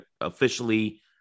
officially